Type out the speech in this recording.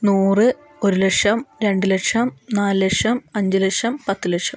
നൂറ് ഒരു ലക്ഷം രണ്ട് ലക്ഷം നാല് ലക്ഷം അഞ്ച് ലക്ഷം പത്ത് ലക്ഷം